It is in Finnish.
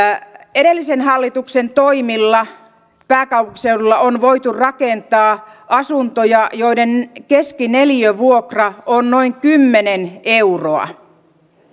edellisen hallituksen toimilla pääkaupunkiseudulla on voitu rakentaa asuntoja joiden keskineliövuokra on noin kymmenen euroa